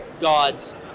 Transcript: gods